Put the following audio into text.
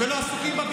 לא נחליף אותו בשבילכם.